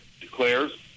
declares